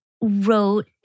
wrote